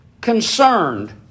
concerned